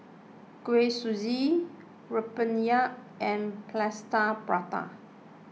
Kuih Suji Rempeyek and Plaster Prata